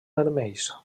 vermells